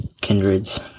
kindreds